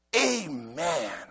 Amen